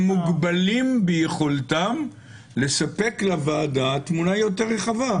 הם מוגבלים ביכולתם לספק לוועדה תמונה יותר רחבה.